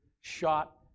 shot